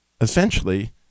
essentially